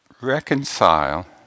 reconcile